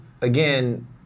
again